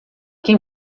quem